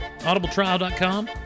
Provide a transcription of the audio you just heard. audibletrial.com